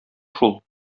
шул